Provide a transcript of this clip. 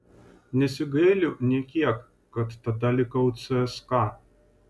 nesigailiu nė kiek kad tada likau cska